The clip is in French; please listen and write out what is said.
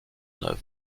œuvre